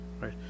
Right